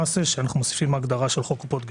ובו אנחנו מוסיפים הגדרה של חוק קופות גמל.